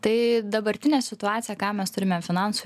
tai dabartinė situacija ką mes turime finansų